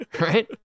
right